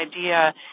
idea